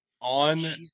on